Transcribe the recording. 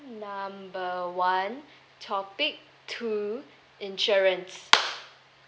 number one topic two insurance